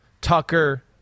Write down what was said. Tucker